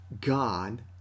God